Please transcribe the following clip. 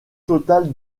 total